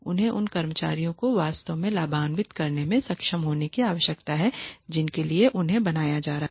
उन्हें उन कर्मचारियों को वास्तव में लाभान्वित करने में सक्षम होने की आवश्यकता है जिनके लिए उन्हें बनाया जा रहा है